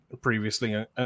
previously